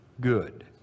good